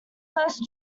first